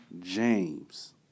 James